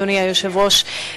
אדוני היושב-ראש,